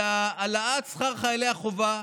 להעלאת שכר חיילי החובה,